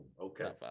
Okay